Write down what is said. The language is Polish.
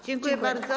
Dziękuję bardzo.